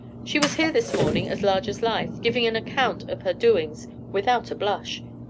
she was here this morning as large as life, giving an account of her doings, without a blush.